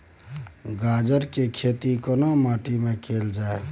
गाजर के खेती केना माटी में कैल जाए?